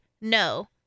no